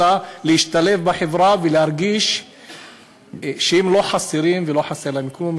אלא להשתלב בחברה ולהרגיש שהם לא חסרים ולא חסר להם כלום,